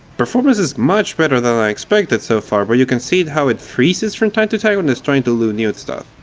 performance is much better than i expected, so far but you can see how it freezes from time to time when it's trying to load new stuff.